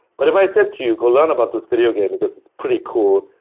but if i said to you, go learn about this video game because it's pretty cool,